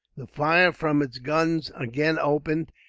the fire from its guns again opened,